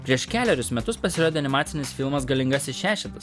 prieš kelerius metus pasirodė animacinis filmas galingasis šešetas